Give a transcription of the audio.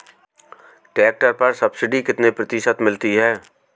Tractor पर subsidy कितने प्रतिशत मिलती है?